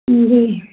हाँ जी